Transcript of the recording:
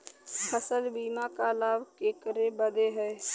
फसल बीमा क लाभ केकरे बदे ह?